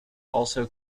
also